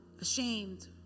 ashamed